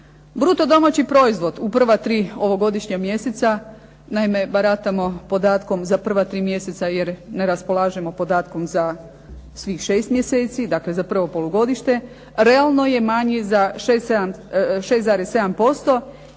Bruto domaći proizvod u prva tri ovogodišnja mjeseca, naime baratamo podatkom za prva tri mjeseca, jer ne raspolažemo podatkom za svih 6 mjeseci, dakle za prvo polugodište, realno je manji za 6,7%